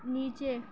نیچے